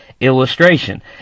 illustration